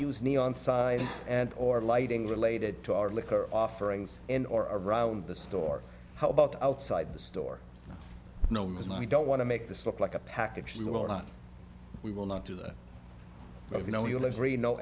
use neon signs and or lighting related to our liquor offerings in or around the store how about outside the store known as i don't want to make this look like a package deal or not we will not do that but if you know you'll agree no